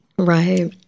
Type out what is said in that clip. Right